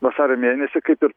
vasario mėnesį kaip ir